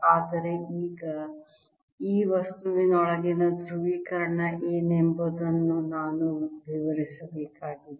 ಆದರೆ ಈಗ ಈ ವಸ್ತುವಿನೊಳಗಿನ ಧ್ರುವೀಕರಣ ಏನೆಂಬುದನ್ನು ನಾನು ವಿವರಿಸಬೇಕಾಗಿದೆ